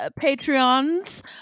Patreons